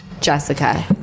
jessica